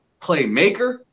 playmaker